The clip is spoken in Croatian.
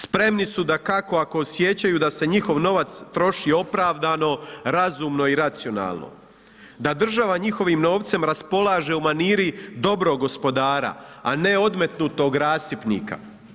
Spremni su dakako ako osjećaju da se njihov novac troši opravdano, razumno i racionalno, da država njihovim novcem raspolaže u maniri dobrog gospodara a ne odmetnutog rasipnika.